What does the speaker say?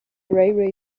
railway